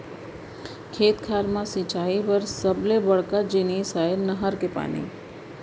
खेत खार म सिंचई बर सबले बड़का जिनिस आय नहर के पानी